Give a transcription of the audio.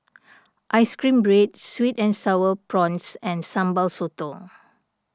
Ice Cream Bread Sweet and Sour Prawns and Sambal Sotong